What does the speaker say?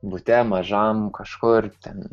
bute mažam kažko ir ten